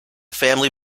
family